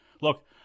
Look